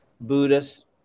Buddhist